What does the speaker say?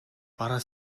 бараа